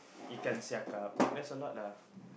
ikan siakap there's a lot lah